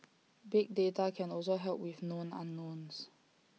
big data can also help with known unknowns